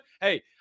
Hey